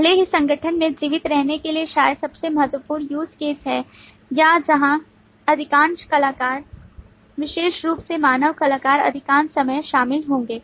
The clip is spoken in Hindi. भले ही संगठन के जीवित रहने के लिए शायद सबसे महत्वपूर्ण use case है या जहां अधिकांश कलाकार विशेष रूप से मानव कलाकार अधिकांश समय शामिल होंगे